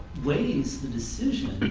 weighs the decision